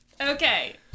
Okay